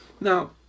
Now